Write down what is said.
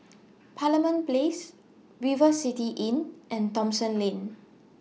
Parliament Place River City Inn and Thomson Lane